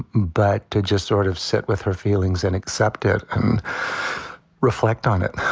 but to just sort of sit with her feelings and accept it and reflect on it.